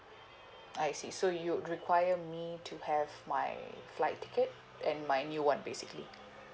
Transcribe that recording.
I see so you required me to have my flight ticket and my new one basically